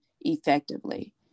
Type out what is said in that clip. effectively